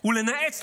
הוא לנאץ,